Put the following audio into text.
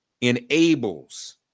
enables